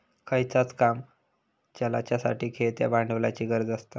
खयचाय काम चलाच्यासाठी खेळत्या भांडवलाची गरज आसता